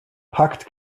packt